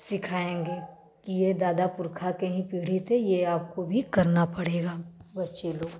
सिखायेंगे कि ये दादा पुरखा के ही पीढ़ी थे ये आपको भी करना पड़ेगा बच्चे लोग को